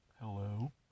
Hello